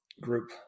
group